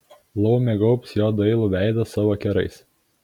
laumė gaubs jo dailų veidą savo kerais